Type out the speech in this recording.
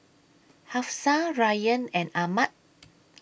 Hafsa Ryan and Ahmad